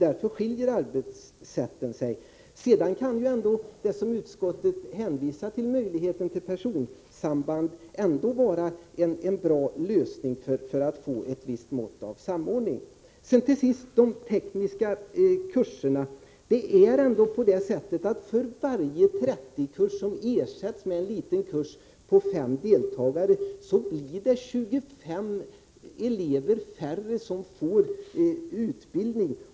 Därför skiljer sig arbetssätten vid intagningen. Det som utskottet hänvisar till — möjligheterna att ha ett personsamband — kanske kan vara en bra lösning för att få ett visst mått av samordning. Sedan några ord om de tekniska kurserna. För varje 30-kurs som ersätts med en liten kurs på fem deltagare blir det ändå 25 elever färre som får utbildning!